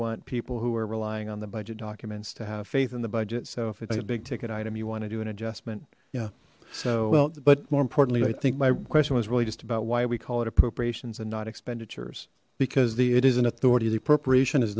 want people who were relying on the budget documents to have faith in the budget so if it's a big ticket item you want to do an adjustment yeah so well but more importantly i think my question was really just about why we call it appropriations and not expenditures because the it is an authority's appropriation is